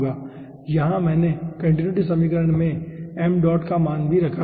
यहाँ मैंने कन्टीन्युटी समीकरण से ṁ मान भी रखा है